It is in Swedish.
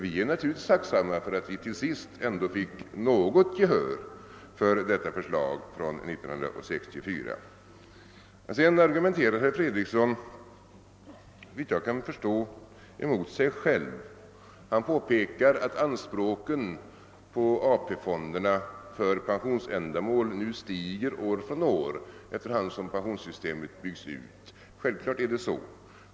Vi är naturligtvis tacksamma för att vi till slut ändå fick något gehör för detta förslag från 1964. Sedan argumenterar herr Fredriksson såvitt jag förstår emot sig själv. Han påpekar att anspråken på AP-fonderna för pensionsändamål nu stiger år från år, efter hand som pensionssystemet byggs ut. Självfallet är det så.